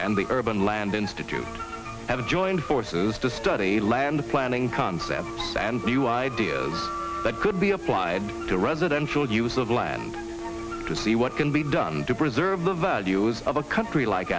and the urban land institute have joined forces to study land planning concepts and new ideas that could be applied to residential use of land to see what can be done to preserve the values of a country like